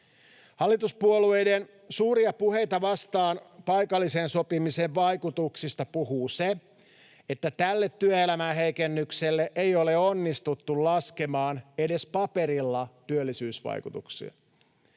Hallituspuolueiden suuria puheita vastaan paikallisen sopimisen vaikutuksista puhuu se, että tälle työelämäheikennykselle ei ole onnistuttu laskemaan edes paperilla työllisyysvaikutuksia.